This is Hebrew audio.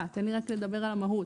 תן לי לדבר על המהות.